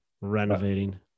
renovating